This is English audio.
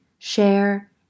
share